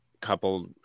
couple